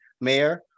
mayor